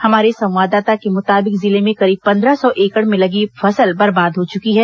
हमारे संवाददाता के मुताबिक जिले में करीब पंद्रह सौ एकड़ में लगी फसल बर्बाद हो चुकी है